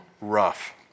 rough